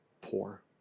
poor